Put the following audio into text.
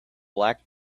black